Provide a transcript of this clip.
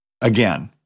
Again